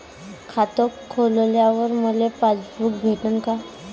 खातं खोलल्यावर मले पासबुक भेटन का?